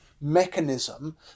mechanism